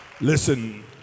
Listen